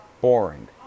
boring